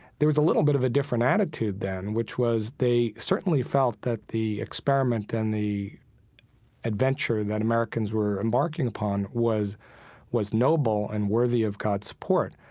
there was a little bit of a different attitude then, which was they certainly felt that the experiment and the adventure that americans were embarking upon was was noble and worthy of god's support,